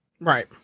Right